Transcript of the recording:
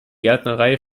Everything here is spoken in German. gärtnerei